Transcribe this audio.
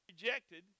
rejected